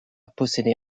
posséder